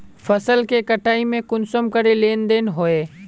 फसल के कटाई में कुंसम करे लेन देन होए?